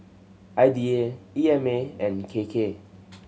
I D A E M A and K K